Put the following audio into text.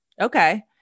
okay